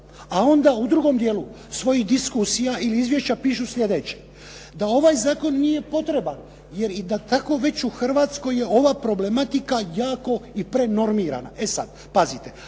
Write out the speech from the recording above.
a onda u drugom dijelu svojih diskusija ili izvješća pišu sljedeće, da ovaj zakon nije potreban jer i da tako već u Hrvatskoj je ova problematika jako i prenormirana. E sada, pazite,